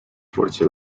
forza